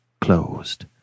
closed